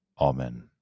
Amen